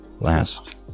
last